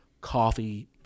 coffee